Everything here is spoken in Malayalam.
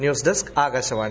news desk Akashvani